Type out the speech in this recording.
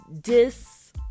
dis